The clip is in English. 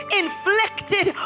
inflicted